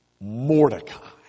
Mordecai